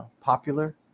popular